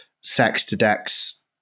sex-to-dex